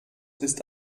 ist